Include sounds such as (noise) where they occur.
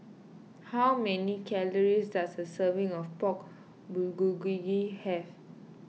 how many calories does a serving of Pork (unintelligible) have